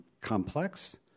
complex